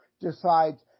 decides